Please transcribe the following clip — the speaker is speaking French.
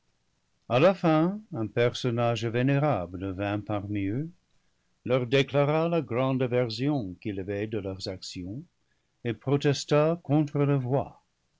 a la fin un personnage vénérable vint parmi eux leur déclara la grande aversion qu'il avait de leurs actions et protesta contre leurs voies